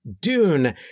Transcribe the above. dune